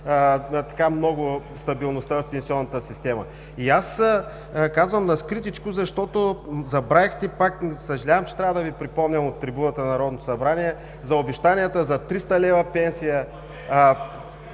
се вижда много стабилността в пенсионната система. И казвам „на скритичко“, защото забравихте – съжалявам, че пак трябва да Ви припомня от трибуната на Народното събрание – за обещанията за 300 лв. пенсия